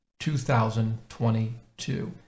2022